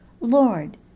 Lord